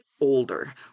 older